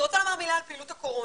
אני רוצה לומר מילה על פעילות הקורונה.